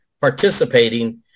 participating